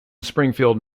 springfield